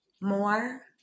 more